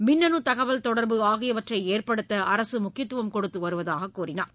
மின்னணு தகவல் தொடர்பு ஆகியவற்றை ஏற்படுத்த அரசு முக்கியத்துவம் கொடுத்து வருவதாக கூறினார்